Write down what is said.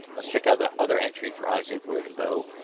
let's check out that other entry for isaac rodenboh,